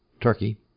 Turkey